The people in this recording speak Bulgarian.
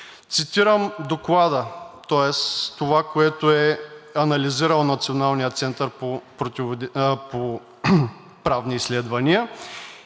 Цитирам доклада, тоест това, което е анализирал Националният център по правни изследвания,